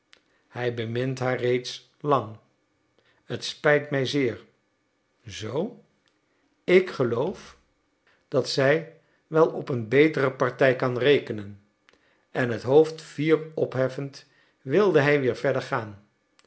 hij bemint haar reeds lang het spijt mij zeer zoo ik geloof dat zij wel op een betere partij kan rekenen en het hoofd fier opheffend wilde hij weer verder gaan